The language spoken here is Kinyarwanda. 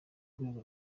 rwego